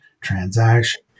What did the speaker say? transaction